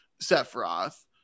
sephiroth